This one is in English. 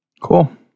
Cool